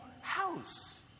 house